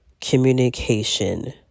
communication